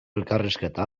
elkarrizketa